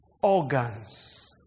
organs